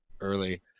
early